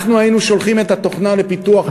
אנחנו היינו שולחים את התוכנה לפיתוח בהודו,